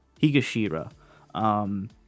Higashira